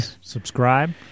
Subscribe